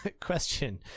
question